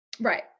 Right